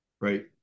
right